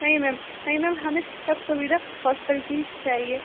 नहीं मैम नहीं मैम हमें सब सुविधा हॉस्टल की ही चाहिए